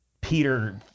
Peter